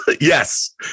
Yes